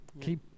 Keep